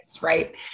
right